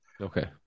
Okay